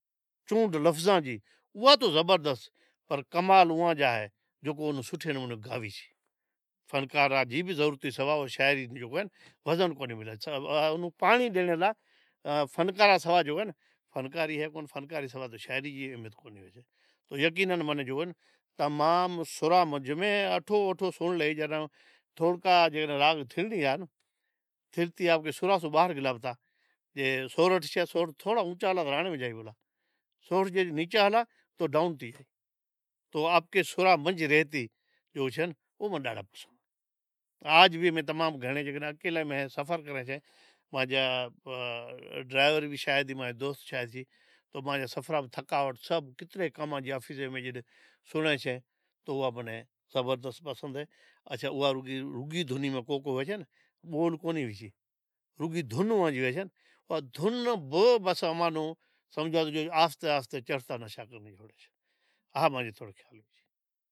چونڈ لفظاں جی او تو زبردست پر کمال اوئاں جا ہے جکو سوٹھے نمونے گاوی چھے، فنکاراں ری بھی ضرورت سوا اوئا شاعری جکو اے وزن کونی ملے، "اونو پانڑی ڈیوے" لا فنکاراں سوا جکو اے شاعری اے کونی شاعری سوا فنکاری کونی یقینن منیں تمام سران منج میں اٹھو ،اٹھو سنڑ لے لاں تھوڑکا جیکا راگ تھڑی گیا۔ سراں سیں باہر گے لا "سر سورٹھ" چھے سراں تھی تھوڑا تھڑا تو "سر راڑنی "جائی بولا اونچا گئالا سر جے نیچا ہالا تو ڈائون تھے۔ او لا تو آپ کہے سراں منجھ رہے او ماں ناں ڈاڈھا پسند چھے۔ آج بھی میں ناں تمام گھنڑے جیکڈنہں اکیلائی میں اہے سفر کرے چھے مانجا ڈرائیور،" شاہد" اہیں مانجا" دوست شاہد" اہیں کہ مانجے سفراں ری تھکاوٹ سبھ کیترا کماں ماں تھیسے تو آپنڑے زبردست موسیقی رے کرے زبردست دھن جکو ہوئیسے او سمجھ آہستے آہستے چڑلیسے۔